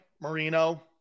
Marino